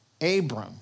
Abram